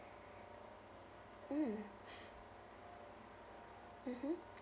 mm mmhmm